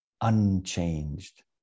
unchanged